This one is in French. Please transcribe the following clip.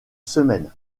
semaine